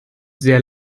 sehr